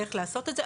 איך לעשות את זה,